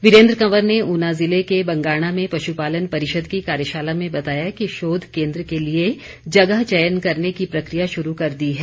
वीरेंद्र कंवर ने ऊना ज़िले के बंगाणा में पशुपालन परिषद की कार्यशाला में बताया कि शोध केंद्र के लिए जगह चयन करने की प्रक्रिया शुरू कर दी है